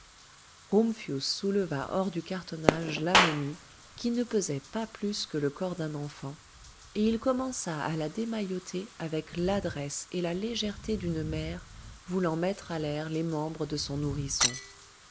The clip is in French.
souleva hors du cartonnage la momie qui ne pesait pas plus que le corps d'un enfant et il commença à la démailloter avec l'adresse et la légèreté d'une mère voulant mettre à l'air les membres de son nourrisson